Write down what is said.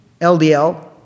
LDL